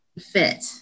fit